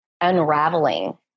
unraveling